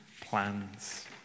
plans